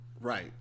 right